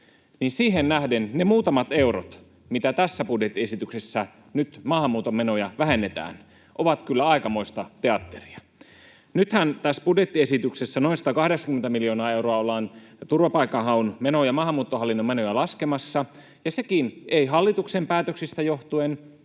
siihen nähden ne muutamat eurot, mitä tässä budjettiesityksessä nyt maahanmuuton menoja vähennetään, ovat kyllä aikamoista teatteria. Nythän tässä budjettiesityksessä noin 180 miljoonaa euroa ollaan turvapaikanhaun menoja, maahanmuuttohallinnon menoja, laskemassa, ja sekin ei hallituksen päätöksistä johtuen,